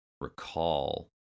recall